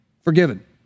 Forgiven